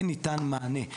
כן ניתן מענה,